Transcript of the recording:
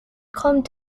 kommt